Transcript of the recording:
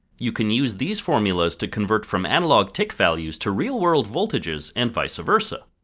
you can use these formulas to convert from analog tick values to real world voltages, and vice versa.